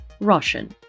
Russian